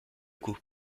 coup